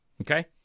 Okay